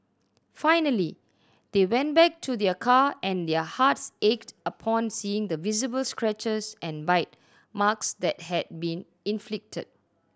finally they went back to their car and their hearts ached upon seeing the visible scratches and bite marks that had been inflicted